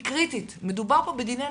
היא קריטית, מדובר פה בדיני נפשות.